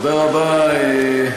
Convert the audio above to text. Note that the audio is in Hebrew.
תודה רבה,